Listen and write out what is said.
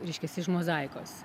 reiškias iš mozaikos